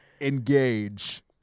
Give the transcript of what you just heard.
Engage